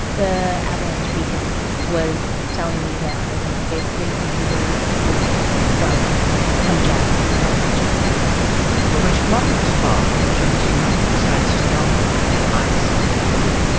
the avalanche beacon was telling me that i was basically a meter away from from jack's avalanche transceiver but when she got to the spot, she could see nothing besides snow and ice and debris.